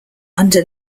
under